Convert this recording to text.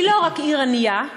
היא לא רק עיר ענייה,